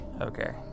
okay